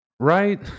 Right